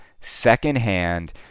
secondhand